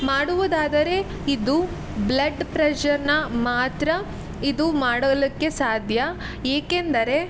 ಮಾಡುವುದಾದರೆ ಇದು ಬ್ಲಡ್ ಪ್ರೆಶರ್ನ ಮಾತ್ರ ಇದು ಮಾಡಲಿಕ್ಕೆ ಸಾಧ್ಯ ಏಕೆಂದರೆ